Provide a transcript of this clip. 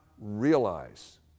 realize